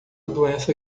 doença